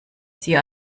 sie